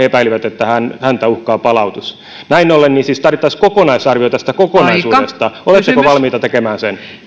epäilivät että häntä uhkaa palautus näin ollen tarvittaisiin kokonaisarvio tästä kokonaisuudesta oletteko valmiita tekemään sen